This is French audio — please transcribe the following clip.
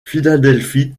philadelphie